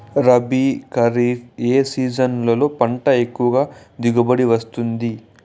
రబీ, ఖరీఫ్ ఏ సీజన్లలో పంట ఎక్కువగా దిగుబడి వస్తుంది